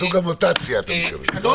סוג המוטציה, אתה מתכוון.